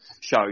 show